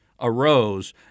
arose